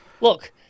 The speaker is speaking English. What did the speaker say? Look